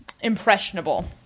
impressionable